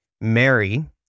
Mary